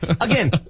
Again